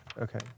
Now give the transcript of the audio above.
Okay